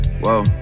whoa